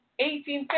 1850